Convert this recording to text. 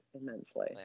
immensely